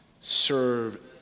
Serve